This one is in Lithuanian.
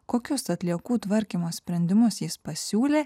kokius atliekų tvarkymo sprendimus jis pasiūlė